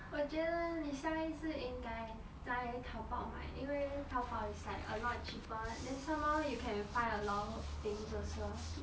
我觉得你下一次应该在淘宝买因为淘宝 is like a lot cheaper than some more you can find a lot of things also